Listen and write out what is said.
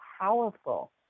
powerful